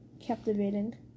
captivating